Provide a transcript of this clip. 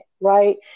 Right